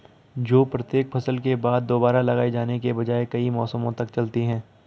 जो प्रत्येक फसल के बाद दोबारा लगाए जाने के बजाय कई मौसमों तक चलती है